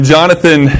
Jonathan